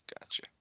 Gotcha